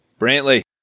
Brantley